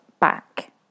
back